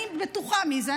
אני בטוחה מי זה,